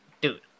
Dude